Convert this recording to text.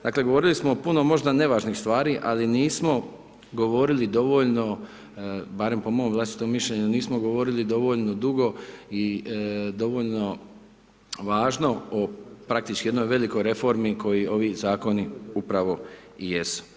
Dakle, govorili smo o puno možda nevažnih stvari, ali nismo govorili dovoljno, barem po mom vlastitom mišljenju, nismo govorili dovoljno dugo i dovoljno važno o praktički jednoj velikoj reformi, koji ovi zakoni upravo i jesu.